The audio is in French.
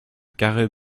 carré